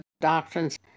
doctrines